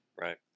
Right